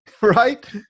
right